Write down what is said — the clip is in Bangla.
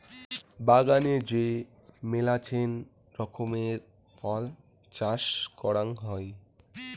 বাগানে যে মেলাছেন রকমের ফল চাষ করাং হই